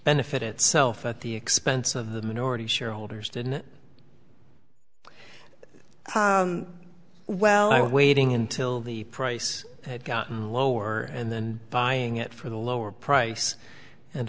benefit itself at the expense of the minority shareholders didn't well i was waiting until the price had gotten lower and then buying it for the lower price and